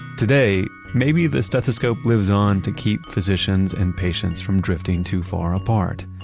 today maybe this stethoscope lives on to keep physicians and patients from drifting too far apart,